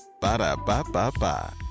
Ba-da-ba-ba-ba